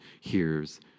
hears